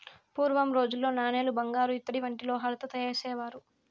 పూర్వం రోజుల్లో నాణేలు బంగారు ఇత్తడి వంటి లోహాలతో చేసేవారు